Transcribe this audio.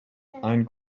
ein